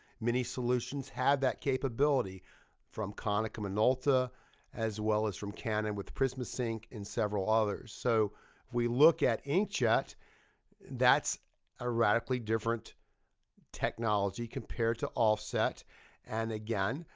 many solutions have that capability from konica minolta minolta as well as from canon with prismasync and several others. so we look at inkjet that's a radically different technology compared to offset and again,